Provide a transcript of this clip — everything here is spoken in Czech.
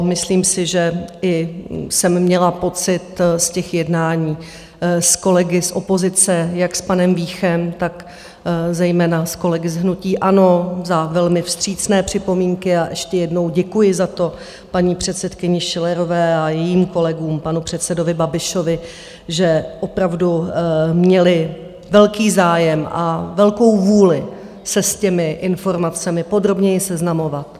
Myslím si i jsem měla pocit z těch jednání s kolegy z opozice, jak s panem Víchem, tak zejména s kolegy z hnutí ANO za velmi vstřícné připomínky ještě jednou děkuji paní předsedkyní Schillerové a jejím kolegům, panu předsedovi Babišovi že opravdu měli velký zájem a velkou vůli se s těmi informacemi podrobněji seznamovat.